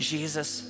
Jesus